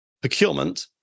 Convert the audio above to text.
procurement